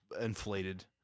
inflated